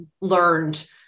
learned